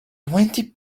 twenty